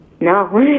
No